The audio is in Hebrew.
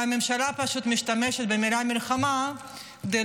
והממשלה פשוט משתמשת במילה מלחמה כדי